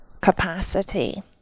capacity